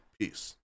Peace